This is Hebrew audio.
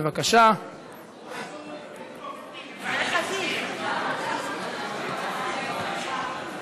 לסעיף הבא שעל סדר-היום: הצעת חוק קרן פיצויים לנזקי הפשיעה החקלאית,